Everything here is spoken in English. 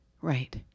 right